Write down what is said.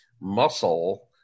muscle